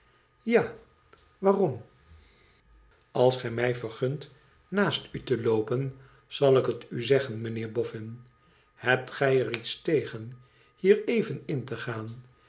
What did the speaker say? ja waarom als gij mij vergunt naast u te loopen zal ik het u zeggen mijnheer boffin hebt gij er iets tegen hier even in te gaan